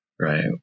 Right